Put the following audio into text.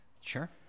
sure